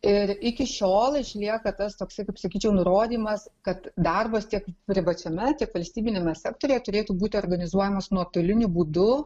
ir iki šiol išlieka tas toksai kaip sakyčiau nurodymas kad darbas tiek privačiame tiek valstybiniame sektoriuje turėtų būti organizuojamas nuotoliniu būdu